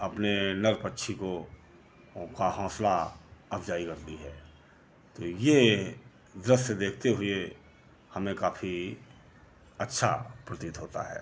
अपने नर पक्षी को का हौंसला अफजाई करती है तो ये दृश्य देखते हुए हमें काफ़ी अच्छा प्रतीत होता है